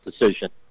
decision